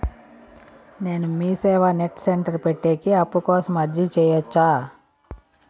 నేను MeeSeva net centre పెట్టేకి అప్పు కోసం అర్జీ సేయొచ్చా?